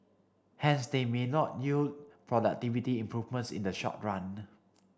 hence they may not yield productivity improvements in the short run